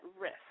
risk